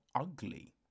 ugly